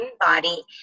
body